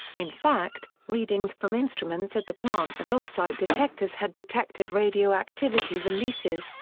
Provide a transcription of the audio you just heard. in fact, readings from instruments at the plant and off-site detectors had detected radioactivity releases,